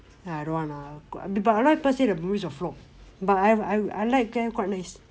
ya I don't wanna lah got people alot of people say the movie is a flop but I I I like leh quite nice